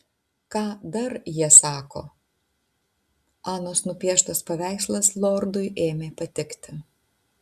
ką dar jie sako anos nupieštas paveikslas lordui ėmė patikti